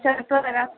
चत्वारः